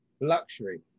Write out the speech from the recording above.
luxury